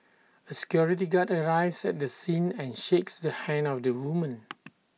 A security guard arrives at the scene and shakes the hand of the woman